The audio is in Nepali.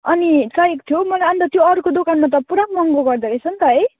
अनि चाहिएको थियो हौ मलाई अनि त्यो अर्को दोकानमा त पुरा महँगो गर्दो रहेछ नि त है